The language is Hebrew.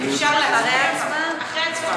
אפשר אחרי ההצבעה?